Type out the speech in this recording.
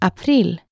April